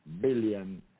billion